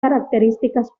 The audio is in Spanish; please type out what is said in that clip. características